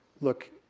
look